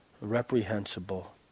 reprehensible